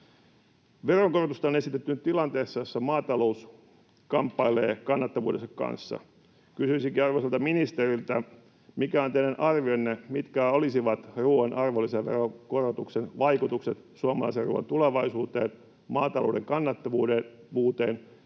Veronkorotusta on nyt esitetty tilanteessa, jossa maatalous kamppailee kannattavuutensa kanssa. Kysyisinkin arvoisalta ministeriltä: mikä on teidän arvionne, mitkä olisivat ruuan arvonlisäveron korotuksen vaikutukset suomalaisen ruuan tulevaisuuteen ja maatalouden kannattavuuteen?